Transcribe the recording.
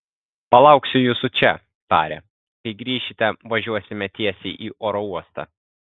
palauksiu jūsų čia tarė kai grįšite važiuosime tiesiai į oro uostą